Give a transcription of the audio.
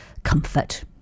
Comfort